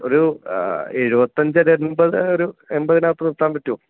ഒരു എഴുപത്തഞ്ചല്ല എമ്പത് ഒരു എമ്പത് നാൽപ്പത് നിർത്താൻ പറ്റുമോ